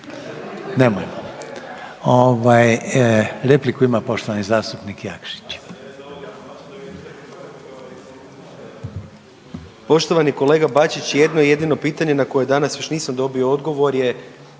nemojmo. Ovaj repliku ima poštovani zastupnik Jakšić.